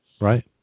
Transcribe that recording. Right